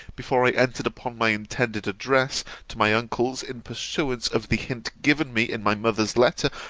before i entered upon my intended address to my uncles, in pursuance of the hint given me in my mother's letter,